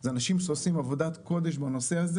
זה אנשים שעושים עבודת קודש בנושא הזה